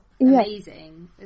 amazing